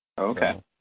Okay